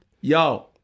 Yo